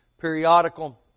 periodical